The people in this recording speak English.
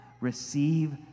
Receive